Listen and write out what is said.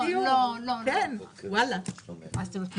אנחנו נעשה